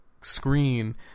Screen